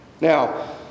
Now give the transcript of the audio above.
Now